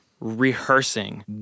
rehearsing